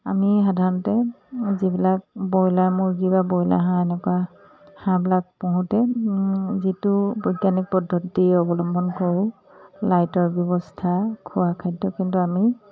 আমি সাধাৰণতে যিবিলাক ব্ৰইলাৰ মুৰ্গী বা ব্ৰইলাৰ হাঁহ এনেকুৱা হাঁহবিলাক পোহোঁতে যিটো বৈজ্ঞানিক পদ্ধতি অৱলম্বন কৰোঁ লাইটৰ ব্যৱস্থা খোৱা খাদ্য কিন্তু আমি